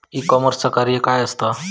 E कॉमर्सचा कार्य काय असा?